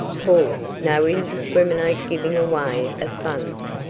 four. no indiscriminate giving away of funds.